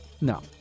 No